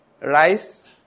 rice